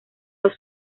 los